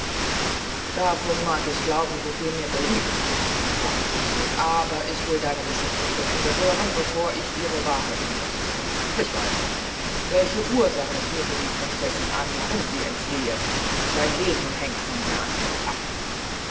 davon mag ich glauben so viel mir beliebt sprach manfred aber ich will deine geschichte zu ende hören bevor ich ihre wahrheit untersuche sprich weiter welche ursache führte die prinzessin an warum sie entfliehe dein leben hängt von der antwort ab